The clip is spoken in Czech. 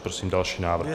Prosím další návrh.